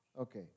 Okay